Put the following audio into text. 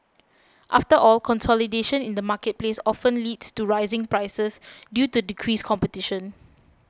after all consolidation in the marketplace often leads to rising prices due to decreased competition